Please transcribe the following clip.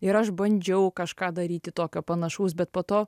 ir aš bandžiau kažką daryti tokio panašaus bet po to